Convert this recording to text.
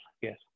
yes